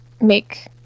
make